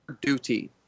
duty